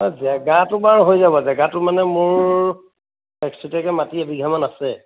অ' জেগাটো বাৰু হৈ যাব জেগাটো মানে মোৰ এক ছটিয়াকৈ মাটি এবিঘামান আছে